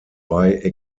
bei